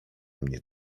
mnie